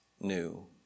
new